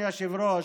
מראש,